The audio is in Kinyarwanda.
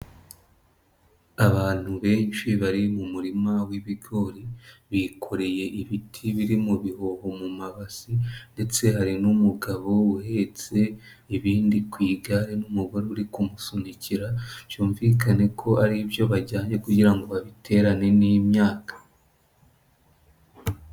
Abantu benshi bari mu murima w'ibigori bikoreye ibiti biri mu bihoho mu mabasi ndetse hari n'umugabo uhetse ibindi ku igare n'umugore uri kumusunikira byumvikane ko ari ibyo bajyanye kugira ngo babiterane n'imyaka.